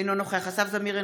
אינו נוכח אסף זמיר,